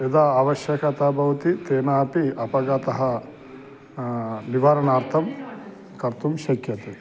यदा आवश्यकता भवति तेन अपि अपघातः निवारणार्थं कर्तुं शक्यते